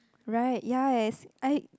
right ya as I